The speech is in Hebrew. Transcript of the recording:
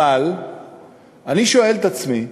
אבל אני שואל את עצמי,